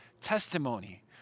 testimony